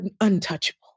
untouchable